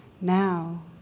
Now